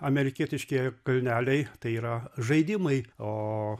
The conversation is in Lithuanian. amerikietiški kalneliai tai yra žaidimai o